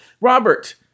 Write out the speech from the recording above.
Robert